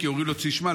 כי אומרים לו: תשמע,